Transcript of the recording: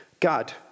God